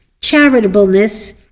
charitableness